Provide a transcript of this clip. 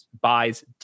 buys